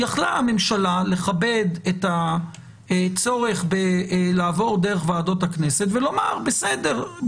יכלה הממשלה לכבד את הצורך בלעבור דרך ועדות הכנסת ולומר: בסדר,